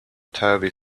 turvy